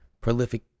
prolific